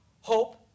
hope